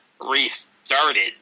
restarted